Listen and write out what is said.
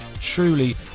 truly